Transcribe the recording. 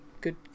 good